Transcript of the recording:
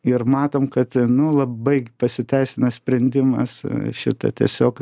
ir matom kad nu labai pasiteisinęs sprendimas šita tiesiog